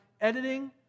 editing